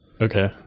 Okay